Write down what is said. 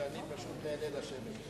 שאני פשוט נהנה לשבת פה.